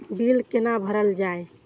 Bill कैना भरल जाय?